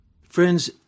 Friends